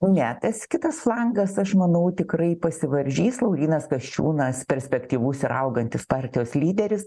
ne tas kitas flangas aš manau tikrai pasivaržys laurynas kasčiūnas perspektyvus ir augantis partijos lyderis